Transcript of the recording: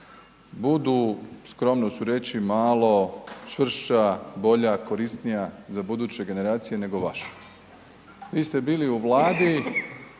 budu skromno ću reći malo čvršća, bolja, korisnija za buduće generacije nego vaša. Vi ste bili u Vladi